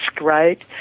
right